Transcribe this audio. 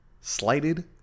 slighted